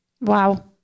Wow